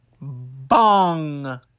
bong